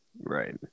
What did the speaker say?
Right